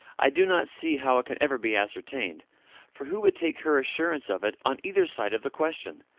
i do not see how it can ever be ascertained for who would take her assurance of it on either side of the question?